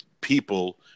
people